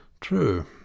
True